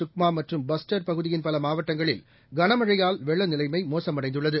சுக்மாமற்றும் பஸ்டர் பகுதியின் பலமாவட்டங்களில் பிஜப்பூர் கனமழையால் வெள்ளநிலைமோசமடைந்துள்ளது